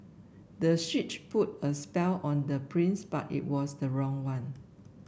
the switch put a spell on the prince but it was the wrong one